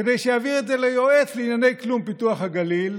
כדי שיעביר את זה ליועץ לענייני כלום פיתוח הגליל,